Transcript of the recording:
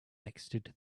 exited